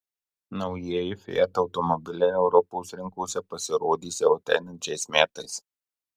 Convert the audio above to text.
naujieji fiat automobiliai europos rinkose pasirodys jau ateinančiais metais